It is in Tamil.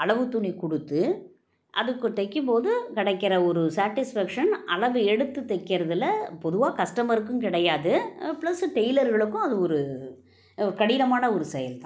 அளவுத் துணி கொடுத்து அது கு தைக்கிம் போது கிடைக்கிற ஒரு சாட்டிஸ்ஃபேக்ஷன் அளவு எடுத்து தைக்கிறதுல பொதுவாக கஸ்டமருக்கும் கிடையாது ப்ளஸ்ஸு டெய்லர்களுக்கும் அது ஒரு கடினமான ஒரு செயல் தான்